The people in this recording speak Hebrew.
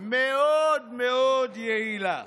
מאוד מאוד יעילה.